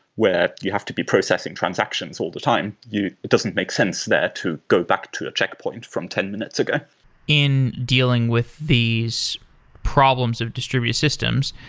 where you have to be processing transactions all the time. it doesn't make sense there to go back to a checkpoint from ten minutes ago in dealing with these problems of distributed systems,